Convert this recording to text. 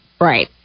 Right